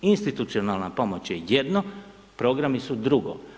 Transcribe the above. Institucionalna pomoć je jedno, programi su drugo.